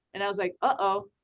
and i was like, oh, oh,